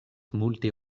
multe